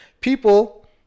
people